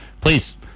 please